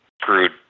screwed